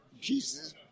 Jesus